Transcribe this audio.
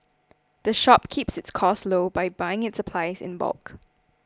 the shop keeps its costs low by buying its supplies in bulk